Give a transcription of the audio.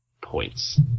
points